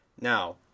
Now